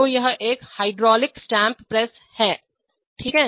तो यह एक हाइड्रोलिक स्टैंप प्रेस है ठीक है